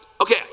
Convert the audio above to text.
Okay